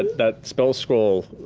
that spell scroll,